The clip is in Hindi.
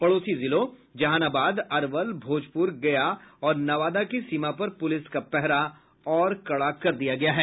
पड़ोसी जिलों जहानाबाद अरवल भोजपुर गया और नवादा की सीमा पर पुलिस का पहरा और कड़ा कर दिया गया है